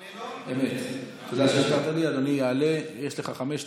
לא אמרת שאני קודם עונה לו?